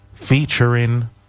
Featuring